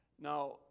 Now